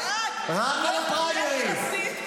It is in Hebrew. רק על הפריימריז.